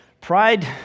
pride